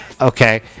okay